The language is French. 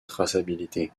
traçabilité